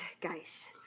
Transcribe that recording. guys